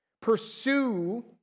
Pursue